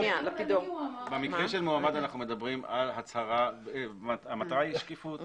במקרה של מועמד המטרה היא שקיפות.